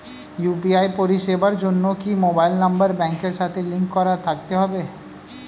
UPI পরিষেবার জন্য কি মোবাইল নাম্বার ব্যাংকের সাথে লিংক করা থাকতে হবে?